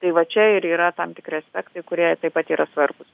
tai va čia ir yra tam tikri aspektai kurie taip pat yra svarbūs